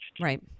right